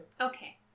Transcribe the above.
Okay